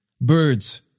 birds